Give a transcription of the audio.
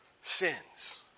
sins